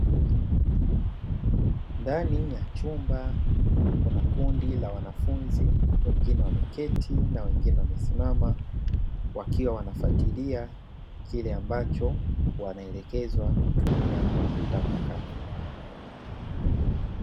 Ndani ya chumba kuna kundi la wanafunzi wengine wameketi na wengine wamesimama wakiwa wanafatilia kile ambacho wanaelekezwa kutumia kompyuta mpakato.